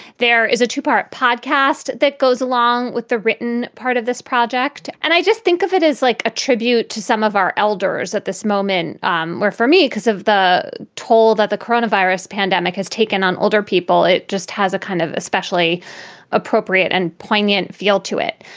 there is a two part podcast that goes along with the written part of this project. and i just think of it as like a tribute to some of our elders at this moment. um for me, because of the toll that the corona virus pandemic has taken on older people, it just has a kind of especially appropriate and poignant feel to it.